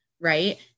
right